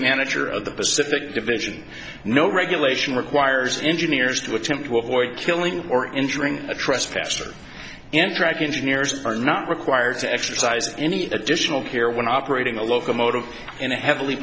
manager of the pacific division no regulation requires engineers to attempt to avoid killing or injuring a trespasser interact engineers are not required to exercise any additional care when operating a locomotive in a heavily